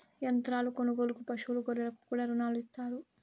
యంత్రాల కొనుగోలుకు పశువులు గొర్రెలకు కూడా రుణాలు ఇత్తారు